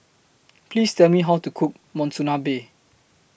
Please Tell Me How to Cook Monsunabe